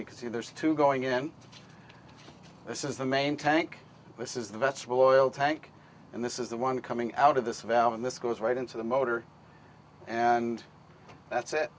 see there's two going in this is the main tank this is the vets will oil tank and this is the one coming out of this valve and this goes right into the motor and that's it